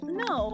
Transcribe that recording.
no